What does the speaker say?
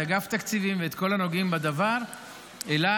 את אגף תקציבים ואת כל הנוגעים בדבר אליי,